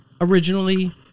originally